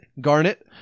Garnet